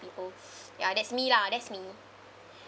people ya that's me